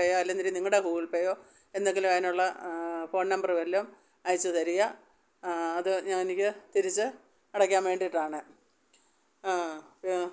Google പേയോ അല്ലെങ്കില് നിങ്ങളുടെ ഗൂഗിൾ പേയോ എന്തെങ്കിലും അതിനുള്ള ഫോൺ നമ്പറ് വല്ലതും അയച്ച് തരിക അത് ഞാൻ എനിക്ക് തിരിച്ച് അടയ്ക്കാൻ വേണ്ടിയിട്ടാണ് ആ ആ